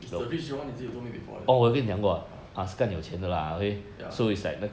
is legit chio [one] is it you told me before uh ya